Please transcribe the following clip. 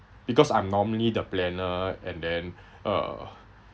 because I'm normally the planner and then uh